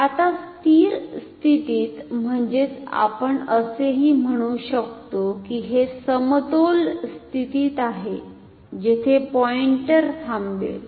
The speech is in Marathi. आता स्थिर स्थितीत म्हणजेच आपण असेही म्हणू शकतो की हे समतोल स्थितीत आहे जेथे पॉईंटर थांबेल